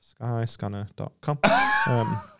Skyscanner.com